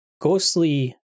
ghostly